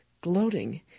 gloating